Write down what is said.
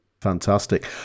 Fantastic